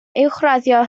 uwchraddio